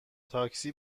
تاکسی